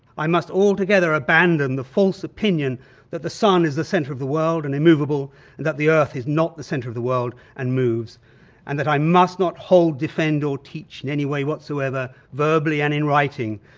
i must altogether abandon the false opinion that the sun is the centre of the world and immovable, and that the earth is not the centre of the world and moves and that i must not hold, defend or teach in any way whatsoever, verbally and in writing,